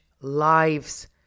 lives